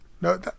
no